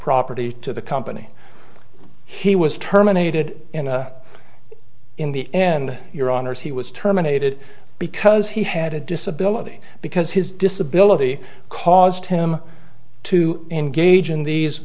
property to the company he was terminated and in the end your honors he was terminated because he had a disability because his disability caused him to engage in these